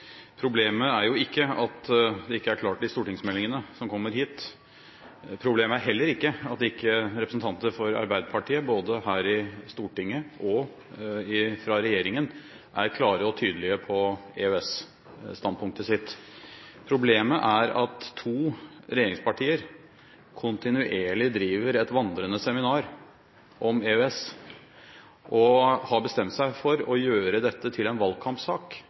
Problemet er ikke at det ikke er klart i stortingsmeldingene som kommer hit. Problemet er heller ikke at ikke representanter for Arbeiderpartiet – både her i Stortinget og i regjeringen – er klare og tydelige på EØS-standpunktet sitt. Problemet er at to regjeringspartier kontinuerlig driver et vandrende seminar om EØS og har bestemt seg for å gjøre dette til en valgkampsak.